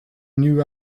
new